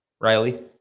Riley